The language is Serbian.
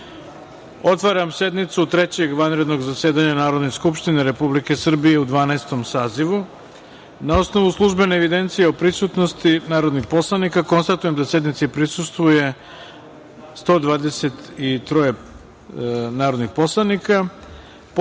otvaram sednicu Trećeg vanrednog zasedanja Narodne skupštine Republike Srbije u Dvanaestom sazivu. Na osnovu službene evidencije o prisutnosti narodnih poslanika, konstatujem da sednici prisustvuje 123 narodna poslanika. Podsećam